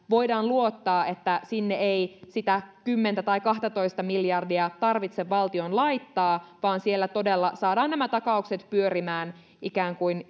voidaan luottaa että sinne ei sitä kymmentä tai kahtatoista miljardia tarvitse valtion laittaa vaan siellä todella saadaan nämä takaukset pyörimään ikään kuin